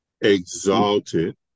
Exalted